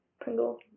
pringle